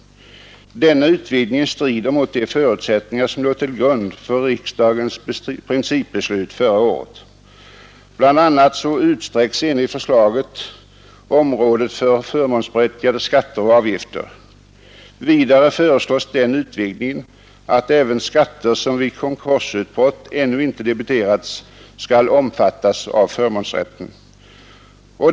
Denna utvidgning strider mot de förutsättningar som låg till grund för riksdagens principbeslut förra året. Bl.a. utsträcks enligt förslaget området för förmånsberättigade skatter och avgifter. Vidare föreslås den utvidgningen att även skatter, som vid konkursutbrottet ännu inte debiterats, skall omfattas av förmånsrätten.